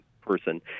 person